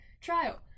trial